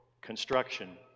construction